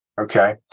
Okay